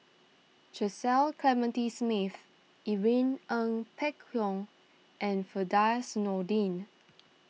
Cecil Clementi Smith Irene Ng Phek Hoong and Firdaus Nordin